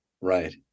Right